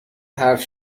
حرف